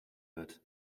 wird